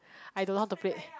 I don't know how to play